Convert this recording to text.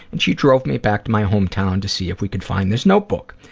and she drove me back to my hometown to see if we could find this notebook.